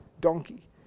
donkey